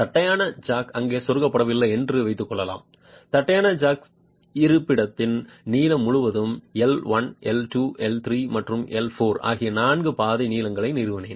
தட்டையான ஜாக் அங்கு செருகப்படவில்லை என்று வைத்துக் கொள்வோம் தட்டையான ஜாக் இருப்பிடத்தின் நீளம் முழுவதும் L 1 L 2 L 3 மற்றும் L 4 ஆகிய நான்கு பாதை நீளங்களை நிறுவினேன்